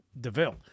deville